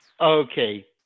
Okay